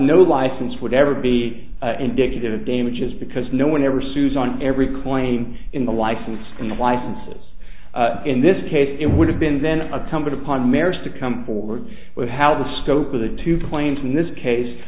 no license would ever be indicative of damages because no one ever sued on every claim in the license in the license in this case it would have been then attempted upon marriage to come forward with how the scope of the two points in this case